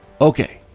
okay